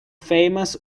famous